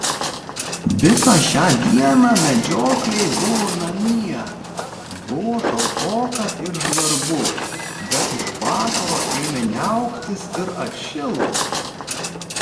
visą šią dieną medžiokliai buvo namie buvo šaltoka ir žvarbu bet iš vakaro ėmė niauktis ir atšilo